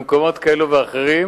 במקומות כאלה ואחרים